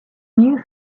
new